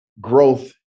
growth